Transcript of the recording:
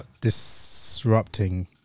disrupting